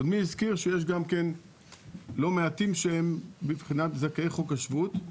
קודמי הזכיר שיש גם כן לא מעטים שהם בבחינת זכאי חוק השבות,